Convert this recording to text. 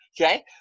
okay